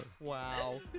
Wow